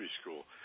School